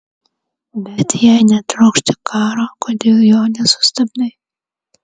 bet jei netrokšti karo kodėl jo nesustabdai